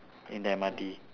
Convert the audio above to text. in the M_R_T